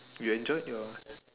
you enjoyed your